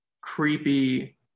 creepy